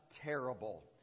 Terrible